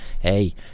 Hey